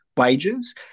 Wages